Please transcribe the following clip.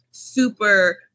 super